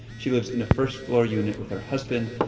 she lives in a first-floor unit with her husband,